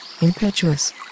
impetuous